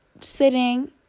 sitting